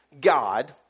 God